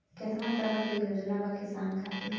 केतना तरह के योजना बा किसान खातिर?